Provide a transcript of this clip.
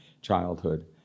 childhood